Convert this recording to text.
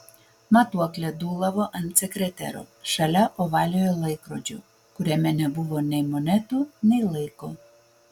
matuoklė dūlavo ant sekretero šalia ovaliojo laikrodžio kuriame nebuvo nei monetų nei laiko